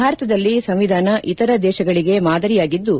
ಭಾರತದಲ್ಲಿ ಸಂವಿಧಾನ ಇತರ ದೇಶಗಳಿಗೆ ಮಾದರಿಯಾಗಿದ್ದು